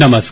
नमस्कार